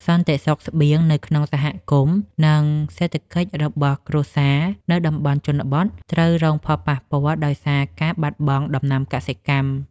សន្តិសុខស្បៀងនៅក្នុងសហគមន៍ និងសេដ្ឋកិច្ចរបស់គ្រួសារនៅតំបន់ជនបទត្រូវរងផលប៉ះពាល់ដោយសារការបាត់បង់ដំណាំកសិកម្ម។